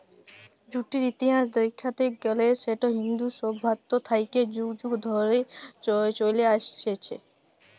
জুটের ইতিহাস দ্যাইখতে গ্যালে সেট ইন্দু সইভ্যতা থ্যাইকে যুগ যুগ ধইরে চইলে আইসছে